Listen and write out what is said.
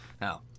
now